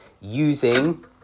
using